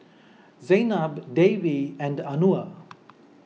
Zaynab Dewi and Anuar